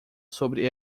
sobre